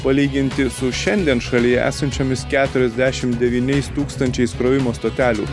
palyginti su šiandien šalyje esančiomis keturiasdešim devyniais tūkstančiais krovimo stotelių